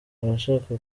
abashaka